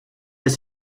elle